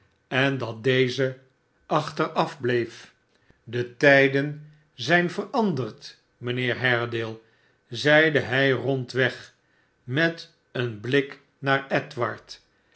en dat deze achterafbleef de tijden zijn veranderd mijnheer haredale zeide hij rondweg v met een blik naar edward